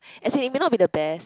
as in it may not be the best